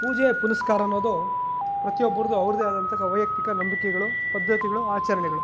ಪೂಜೆ ಪುನಸ್ಕಾರ ಅನ್ನೋದು ಪ್ರತಿಯೊಬ್ರದು ಅವ್ರದೇ ಆದಂತಹ ವೈಯಕ್ತಿಕ ನಂಬಿಕೆಗಳು ಪದ್ದತಿಗಳು ಆಚರಣೆಗಳು